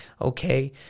Okay